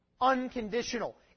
unconditional